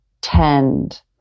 tend